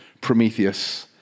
Prometheus